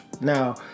Now